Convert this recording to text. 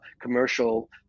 commercial